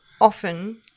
often